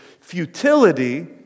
futility